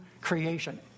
creation